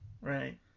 right